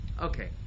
Okay